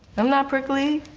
i'm not prickly.